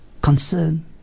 concern